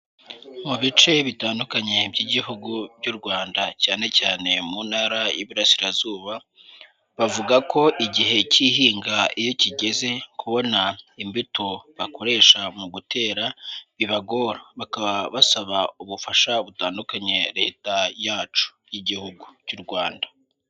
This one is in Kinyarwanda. Mu bice bitandukanye by'Ibihugu by'u Rwanda cyane cyane mu ntara y'Iburasirazuba, bavuga ko igihe cy'ihinga iyo kigeze kubona imbuto bakoresha mu gutera bibagora. Bakaba basaba ubufasha butandukanye Leta yacu y'Igihugu cy'u Rwanda.